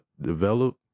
develop